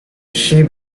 she